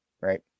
right